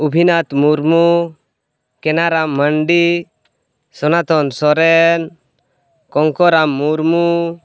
Abhinath Murmu Kenaram Mandi Sanatan Soren Kongkaram Murmu